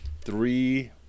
three